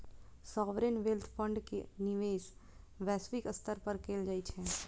sovereign wealth fund के निवेश वैश्विक स्तर पर कैल जाइ छै